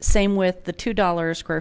same with the two dollars square